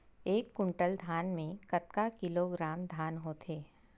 एक कुंटल धान में कतका किलोग्राम धान होथे?